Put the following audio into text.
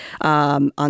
on